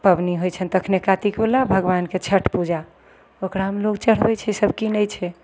पबनी होइ छनि तखने कातिकवला भगवानके छठि पूजा ओकरामे लोक चढ़बै छै सब किनै छै